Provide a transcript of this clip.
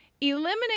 eliminate